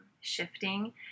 shifting